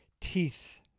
teeth